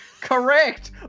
Correct